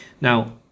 Now